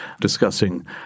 discussing